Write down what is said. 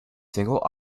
single